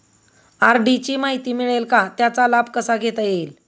RD ची माहिती मिळेल का, त्याचा लाभ कसा घेता येईल?